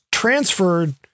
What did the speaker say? transferred